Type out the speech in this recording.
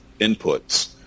inputs